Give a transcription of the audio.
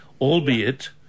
albeit